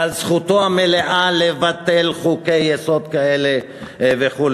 ועל זכותו המלאה לבטל חוקי-יסוד כאלה וכו'.